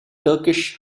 turkish